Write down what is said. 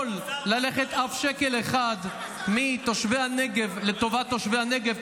ללכת אף שקל אחד מתושבי הנגב לטובת תושבי הנגב,